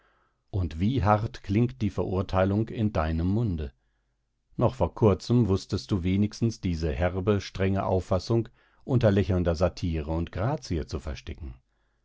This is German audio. und wie hart klingt die verurteilung in deinem munde noch vor kurzem wußtest du wenigstens diese herbe strenge auffassung unter lächelnder satire und grazie zu verstecken